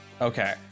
Okay